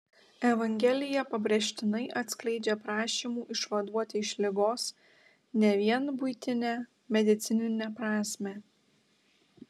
evangelija pabrėžtinai atskleidžia prašymų išvaduoti iš ligos ne vien buitinę medicininę prasmę